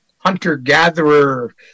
hunter-gatherer